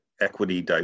equity